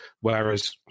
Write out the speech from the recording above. Whereas